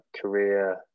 career